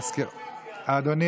המחיקה של האופוזיציה, אופיר,